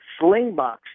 Slingbox